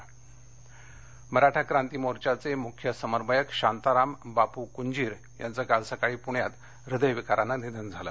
निधन कंजीर मराठा क्रांती मोर्चाचे मुख्य समन्वयक शांताराम बापू कुंजीर यांचं काल सकाळी पुण्यात हृदयविकारानं निधन झालं